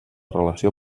relació